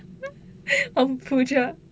on pooja